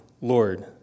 Lord